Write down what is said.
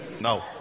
No